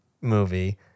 movie